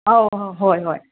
ꯑꯧ ꯍꯣꯏ ꯍꯣꯏ